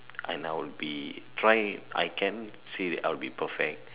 and I will be try I can't say that I'll be perfect